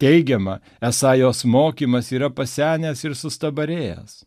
teigiama esą jos mokymas yra pasenęs ir sustabarėjęs